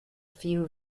few